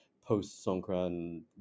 post-Songkran